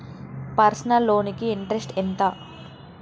Personal loan కి interest ఎంత?